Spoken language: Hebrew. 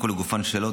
לגופן של השאלות,